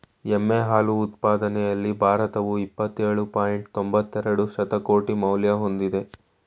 ಎಮ್ಮೆ ಹಾಲು ಉತ್ಪಾದನೆಯಲ್ಲಿ ಭಾರತವು ಇಪ್ಪತ್ತೇಳು ಪಾಯಿಂಟ್ ತೊಂಬತ್ತೆರೆಡು ಶತಕೋಟಿ ಮೌಲ್ಯ ಹೊಂದಿದೆ